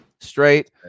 straight